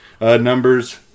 numbers